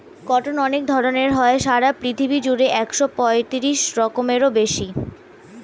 cotton অনেক ধরণ হয়, সারা পৃথিবী জুড়ে একশো পঁয়ত্রিশ রকমেরও বেশি